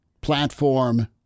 platform